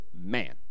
man